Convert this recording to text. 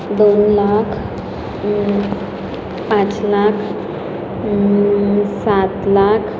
दोन लाख पाच लाख सात लाख